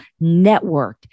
networked